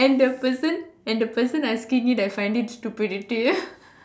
and the person and the person asking it I find it stupidity